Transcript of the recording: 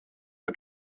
der